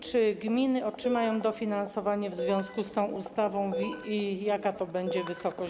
Czy gminy otrzymają dofinansowanie w związku z tą ustawą i jaka to będzie wysokość?